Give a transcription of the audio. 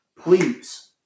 Please